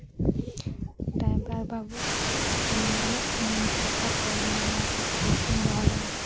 driver ᱵᱟᱵᱩ ᱟᱢ ᱱᱩᱱᱟᱹᱜ ᱴᱟᱠᱟᱛᱮ ᱢᱟᱱᱮ ᱵᱩᱠᱤᱝ ᱫᱚᱦᱚ ᱞᱮᱫ ᱢᱮᱫᱚ